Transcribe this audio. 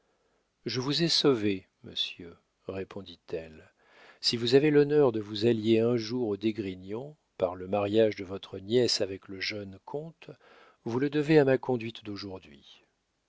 je vous ai sauvé monsieur répondit-elle si vous avez l'honneur de vous allier un jour aux d'esgrignon par le mariage de votre nièce avec le jeune comte vous le devrez à ma conduite d'aujourd'hui